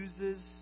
uses